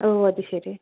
ഓ അതു ശരി